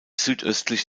südöstlich